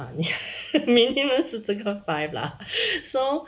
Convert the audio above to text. minimum 是这个 five lah so